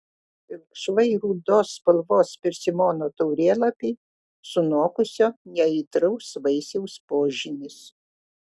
pilkšvai rudos spalvos persimono taurėlapiai sunokusio neaitraus vaisiaus požymis